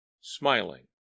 smiling